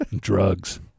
drugs